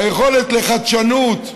היכולת לחדשנות,